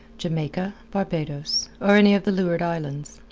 jamaica, barbados, or any of the leeward islands.